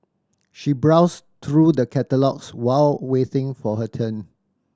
she browsed through the catalogues while waiting for her turn